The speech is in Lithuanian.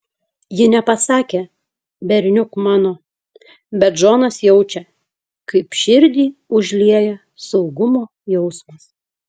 ji nepasakė berniuk mano bet džonas jaučia kaip širdį užlieja saugumo jausmas